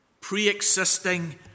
pre-existing